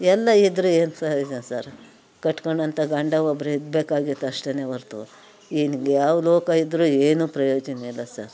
ಎಲ್ಲ ಇದ್ದರೆ ಏನು ಪ್ರಯೋಜನ ಸರ್ ಕಟ್ಕೊಂಡಂಥ ಗಂಡ ಒಬ್ಬರು ಇರಬೇಕಾಗಿತ್ತು ಅಷ್ಠೇ ಹೊರ್ತು ಇನ್ಯಾವ ಲೋಕ ಇದ್ದರೂ ಏನು ಪ್ರಯೋಜನ ಇಲ್ಲ ಸರ್ ಓಕೆ